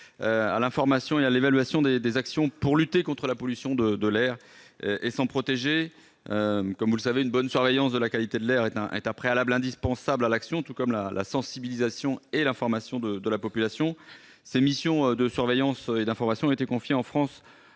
à l'information et à l'évaluation des des actions pour lutter contre la pollution de de l'air et en protéger, comme vous le savez, une bonne surveillance de la qualité de l'air est un est un préalable indispensable à l'action, tout comme la la sensibilisation et l'information de la population, ses missions de surveillance et d'information a été confié en France